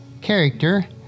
character